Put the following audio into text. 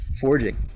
forging